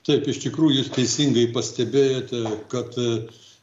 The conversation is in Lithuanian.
taip iš tikrųjų jūs teisingai pastebėjote kad